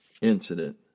Incident